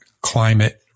climate